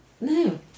no